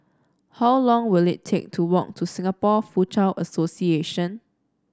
how long will it take to walk to Singapore Foochow Association